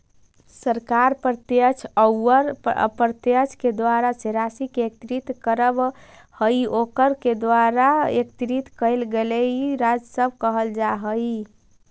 सरकार प्रत्यक्ष औउर अप्रत्यक्ष के द्वारा जे राशि के एकत्रित करवऽ हई ओकरा के द्वारा एकत्रित कइल गेलई राजस्व कहल जा हई